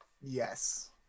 Yes